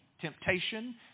temptation